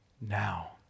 now